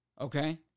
Okay